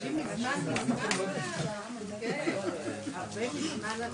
הישיבה ננעלה בשעה 11:00.